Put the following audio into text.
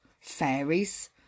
fairies